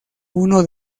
uno